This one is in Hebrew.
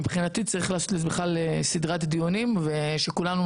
מבחינתי צריכים לקיים סדרת דיונים וכולנו